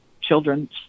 children's